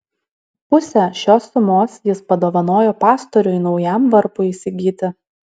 pusę šios sumos jis padovanojo pastoriui naujam varpui įsigyti